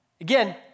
Again